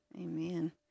Amen